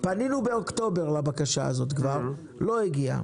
פנינו כבר לבקשה הזאת באוקטובר, לא הגיעה.